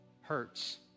hurts